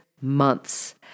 months